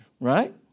right